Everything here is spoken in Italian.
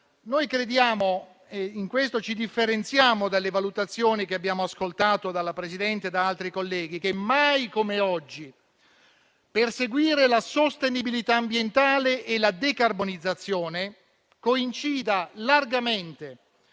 Differenziandoci in questo dalle valutazioni che abbiamo ascoltato dalla Presidente e da altri colleghi, noi crediamo che mai come oggi perseguire la sostenibilità ambientale e la decarbonizzazione coincida largamente